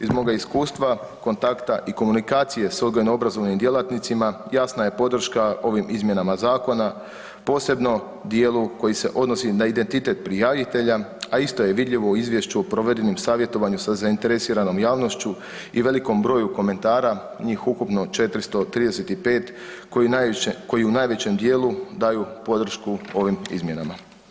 Iz moga iskustva kontakta i komunikacije sa odgojno-obrazovnim djelatnicima jasna je podrška ovim izmjenama zakona posebno u dijelu koji se odnosi na identitet prijavitelja, a isto je vidljivo u izvješću o provedenom savjetovanju sa zainteresiranom javnošću i velikom broju komentara njih ukupno 435 koji u najvećem dijelu daju podršku ovim izmjenama.